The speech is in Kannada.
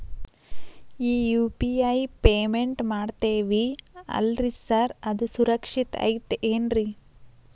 ಈ ಯು.ಪಿ.ಐ ಪೇಮೆಂಟ್ ಮಾಡ್ತೇವಿ ಅಲ್ರಿ ಸಾರ್ ಅದು ಸುರಕ್ಷಿತ್ ಐತ್ ಏನ್ರಿ?